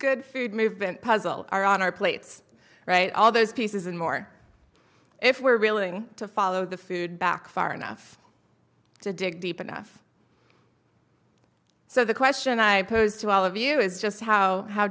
good food movement puzzle our on our plates right all those pieces and more if we're willing to follow the food back far enough to dig deep enough so the question i pose to all of you is just how how